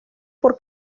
por